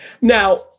Now